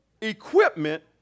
equipment